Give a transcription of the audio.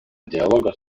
диалога